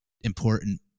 important